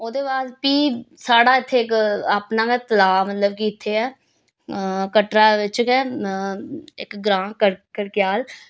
ओह्दे बाद फ्ही साढ़ा इत्थें इक अपना गै तलाब मतलब कि इत्थें ऐ कटरा बिच्च गै इक ग्रांऽ कक्रयाल